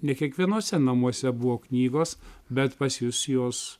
ne kiekvienuose namuose buvo knygos bet pas jus jos